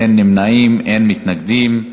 אין נמנעים, אין מתנגדים.